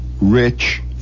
rich